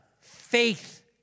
faith